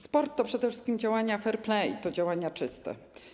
Sport to przede wszystkim działania fair play, to działania czyste.